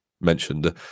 mentioned